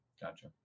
Gotcha